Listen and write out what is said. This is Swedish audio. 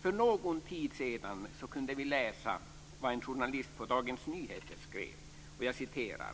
För någon tid sedan kunde vi läsa vad en journalist på Dagens Nyheter skrev, och jag citerar: